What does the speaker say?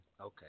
Okay